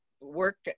work